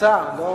הצעה, לא